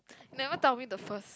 never tell me the first